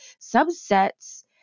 subsets